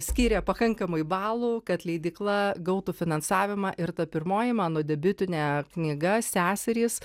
skyrė pakankamai balų kad leidykla gautų finansavimą ir ta pirmoji mano debiutinė knyga seserys